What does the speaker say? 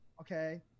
Okay